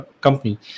company